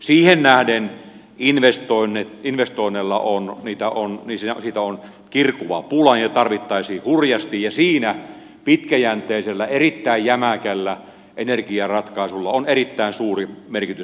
siihen nähden investoinnit investoinneilla on mitä on visio investoinneista on kirkuva pula ja niitä tarvittaisiin hurjasti ja siinä pitkäjänteisellä erittäin jämäkällä energiaratkaisulla on erittäin suuri merkitys